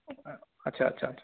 অঁ আচ্ছা আচ্ছা আচ্ছা